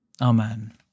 Amen